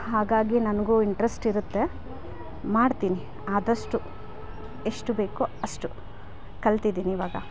ಹಾಗಾಗಿ ನನಗೂ ಇಂಟ್ರೆಸ್ಟ್ ಇರತ್ತೆ ಮಾಡ್ತೀನಿ ಆದಷ್ಟು ಎಷ್ಟು ಬೇಕೋ ಅಷ್ಟು ಕಲ್ತಿದ್ದೀನಿ ಇವಾಗ